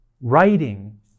writing